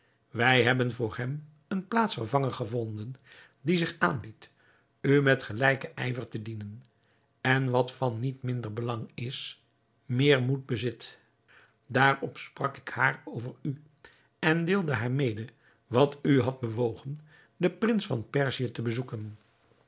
wij hebben voor hem een plaatsvervanger gevonden die zich aanbiedt u met gelijken ijver te dienen en wat van niet minder belang is meer moed bezit daarop sprak ik haar over u en deelde haar mede wat u had bewogen den prins van perzië te bezoeken